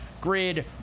Grid